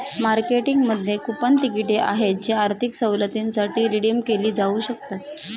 मार्केटिंगमध्ये कूपन तिकिटे आहेत जी आर्थिक सवलतींसाठी रिडीम केली जाऊ शकतात